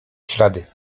ślady